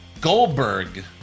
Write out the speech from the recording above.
Goldberg